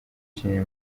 kinini